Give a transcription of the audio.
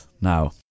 Now